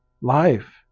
life